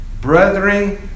brethren